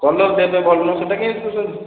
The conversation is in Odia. କଲର୍ ଦେବେ ଭଲ ନୁହଁ ସେଇଟା